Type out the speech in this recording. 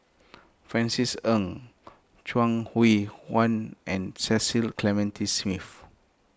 Francis Ng Chuang Hui Tsuan and Cecil Clementi Smith